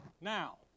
Now